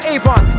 Avon